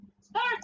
start